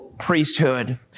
priesthood